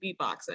beatboxing